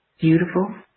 Beautiful